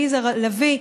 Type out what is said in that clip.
עליזה לביא,